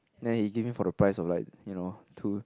then he give him for the price of like you know two